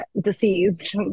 deceased